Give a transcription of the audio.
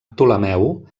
ptolemeu